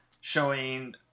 showing